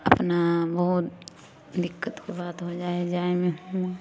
अपना बहुत दिक्कत के बात हो जाइ है जाइमे हुआँ